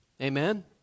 Amen